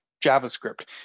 JavaScript